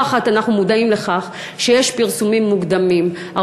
לא אחת אנחנו מודעים לכך שיש פרסומים מוקדמים,